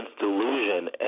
delusion